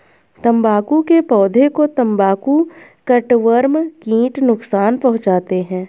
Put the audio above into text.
तंबाकू के पौधे को तंबाकू कटवर्म कीट नुकसान पहुंचाते हैं